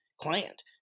client